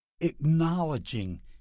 acknowledging